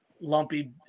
lumpy